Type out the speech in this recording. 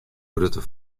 grutte